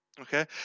Okay